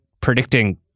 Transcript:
predicting